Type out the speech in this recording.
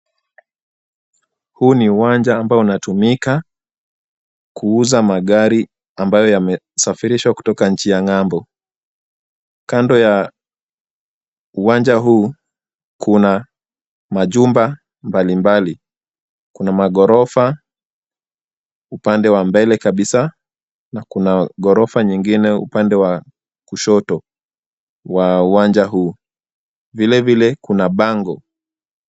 Huu ni uwanja ambao unaotumika kuuza magari ambayo yamesafirishwa kutoka nchi ya ng'ambo. Kando ya uwanja huu, kuna majumba mbalimbali. Kuna maghorofa upande wa mbele kabisa na kuna ghorofa nyingine upande wa kushoto wa uwanja huu. Vilevile kuna bango.